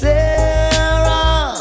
Sarah